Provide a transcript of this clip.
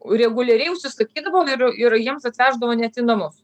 reguliariai užsisakydavo ir ir jiems atveždavo net į namus